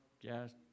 Yes